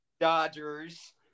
Dodgers